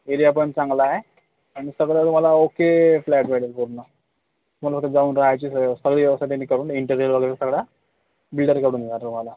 area पण चांगला आहे आणि सगळं तुम्हाला ओके फ्लॅट भेटेल पूर्ण तुम्हाला फक्त जाऊन राहायची सगळी व्यवस्था सगळी व्यवस्था त्यांनी करून इंटेरिअर वगैरे सगळं बिल्डरकडून मिळणार तुम्हाला